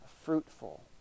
fruitful